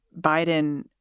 Biden